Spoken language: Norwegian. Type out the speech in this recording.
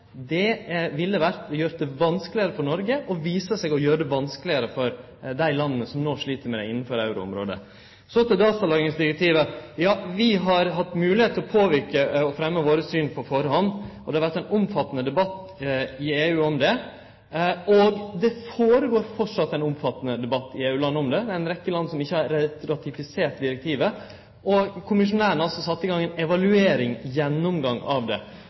ville ha gjort det vanskelegare for Noreg, og det viser seg å gjere det vanskelegare for dei landa som no slit innanfor euroområdet. Så til datalagringsdirektivet. Vi har hatt moglegheit til å påverke og fremme våre syn på førehand. Det har vore eit omfattande debatt i EU om det, og det går framleis føre seg ein omfattande debatt i EU-landa om det. Det er ei rekkje land som ikkje har ratifisert direktivet. Kommissærane har sett i gang ei evaluering, ein gjennomgang, av det.